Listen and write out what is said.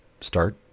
start